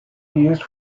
used